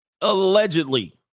Allegedly